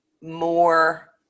more